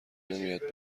نمیاد